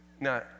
Now